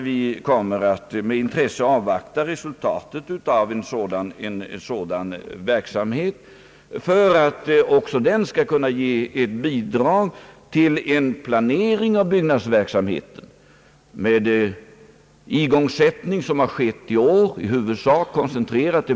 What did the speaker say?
Vi kommer givetvis att avvakta resultatet med intresse i förhoppning att utredningen skall kunna ge ett bidrag till en planering av byggnadsverksamheten.